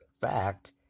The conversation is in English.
fact